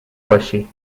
باشی